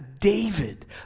David